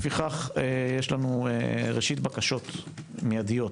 לפיכך יש לנו ראשית בקשת מיידיות